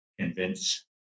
convince